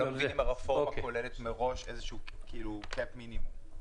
אני לא מבין אם הרפורמה כוללת מראש איזשהו קייפ מינימום.